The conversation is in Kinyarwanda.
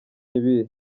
ibihe